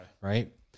right